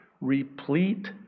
replete